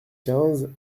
quinze